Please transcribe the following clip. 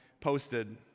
posted